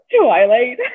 Twilight